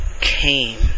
came